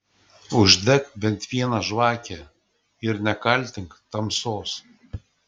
uždek bent vieną žvakę ir nekaltink tamsos